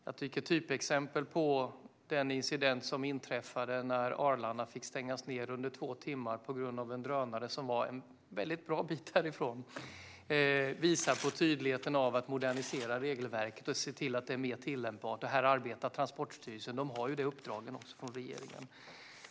Jag tycker att exemplet med den incident som inträffade, när Arlanda fick stängas under två timmar på grund av en drönare som var en bra bit därifrån, tydligt visar på vikten av att modernisera regelverket och se till att det är mer tillämpbart. Här arbetar Transportstyrelsen; de har det uppdraget från regeringen.